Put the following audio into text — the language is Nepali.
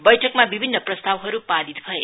बैठकमा विभिन्न प्रस्तावहरु पारित भए